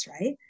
right